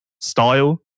style